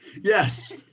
yes